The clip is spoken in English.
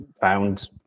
found